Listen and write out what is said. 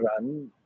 run